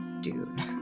dude